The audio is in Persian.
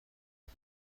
بود